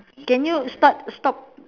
can you start stop